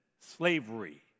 slavery